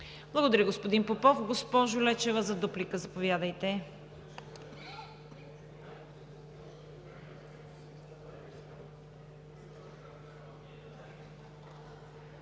Благодаря, господин Попов. Госпожо Лечева, за дуплика, заповядайте.